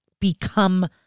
become